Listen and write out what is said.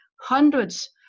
hundreds